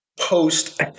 post